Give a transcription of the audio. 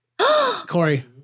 Corey